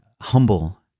humble